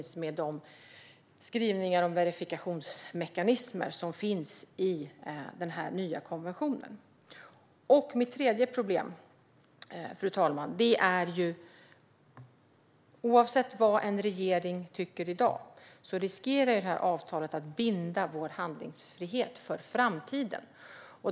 Det gäller de skrivningar om verifikationsmekanismer som finns i den nya konventionen. Det tredje problemet, fru talman, rör att oavsett vad en regering tycker i dag riskerar avtalet att binda vår handlingsfrihet för framtiden.